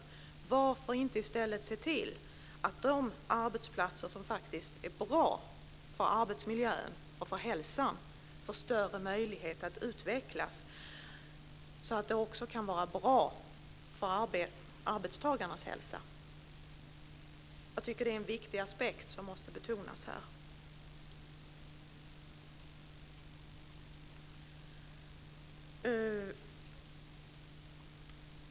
Varför inte i stället se till att de arbetsplatser som är bra för arbetsmiljön och för hälsan får större möjligheter att utvecklas så att de också kan vara bra för arbetstagarnas hälsa? Jag tycker att detta är en viktig aspekt som måste betonas.